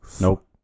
Nope